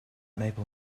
maple